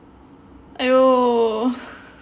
!aiyo!